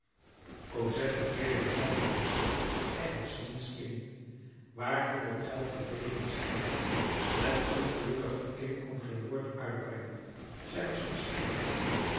cosette keerde den zak om er was niets in waar kon dat geld gebleven zijn het ongelukkige kind kon geen woord uitbrengen zij was versteend